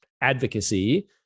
advocacy